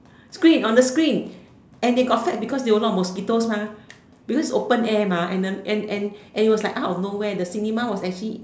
screen on the screen and they got fat because there was a lot of mosquitoes mah because it's open air mah and the and and it was like out of nowhere the cinema was actually